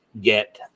get